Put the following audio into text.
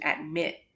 admit